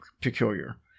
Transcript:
peculiar